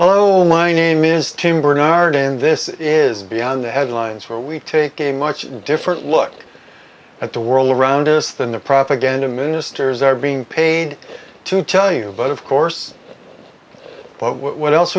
hello my name is tim bernard in this is beyond the headlines where we take a much different look at the world around us than the propaganda ministers are being paid to tell you but of course what